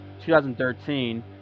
2013